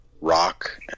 rock